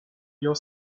your